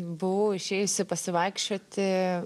buvau išėjusi pasivaikščioti